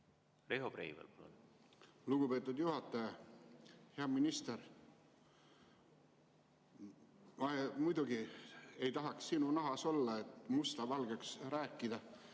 Lugupeetud juhataja! Hea minister! Ma muidugi ei tahaks sinu nahas olla, et musta valgeks rääkida.